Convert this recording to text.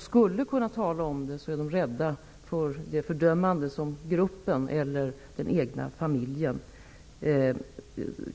Skulle de kunna tala om det är de rädda för det fördömande som gruppen eller den egna familjen